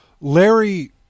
Larry